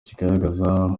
kigaragaza